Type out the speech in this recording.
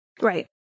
Right